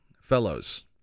fellows